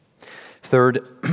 Third